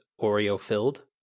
Oreo-filled